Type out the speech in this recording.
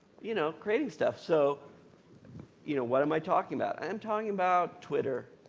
you know, creating stuff. so you know what am i talking about? i'm talking about twitter,